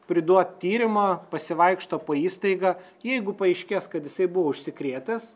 priduot tyrimo pasivaikšto po įstaigą jeigu paaiškės kad jisai buvo užsikrėtęs